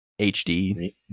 HD